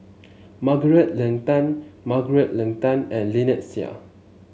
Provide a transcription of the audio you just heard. Margaret Leng Tan Margaret Leng Tan and Lynnette Seah